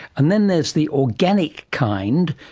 and then there's the organic kind,